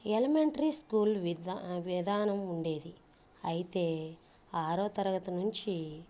elementary school విధా విధానం ఉండేది అయితే ఆరో తరగతి నుంచి